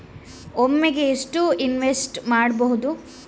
ಒಮ್ಮೆಗೆ ಎಷ್ಟು ಇನ್ವೆಸ್ಟ್ ಮಾಡ್ಬೊದು?